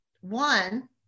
One